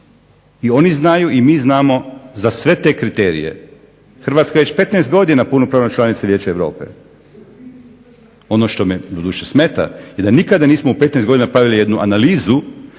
I oni znaju i mi znamo za sve te kriterije. Hrvatska je već 15 godina punopravna članica Vijeća Europe. Ono što me doduše smeta i da nikada nismo u 15 godina pravili jednu analizu